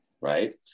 right